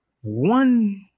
One